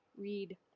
read